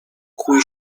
cui